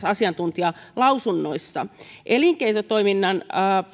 asiantuntijalausunnoissa elinkeinotoiminnan